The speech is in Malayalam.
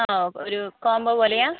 ആ ഒരു കോംമ്പോ പോലെയാണോ